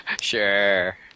Sure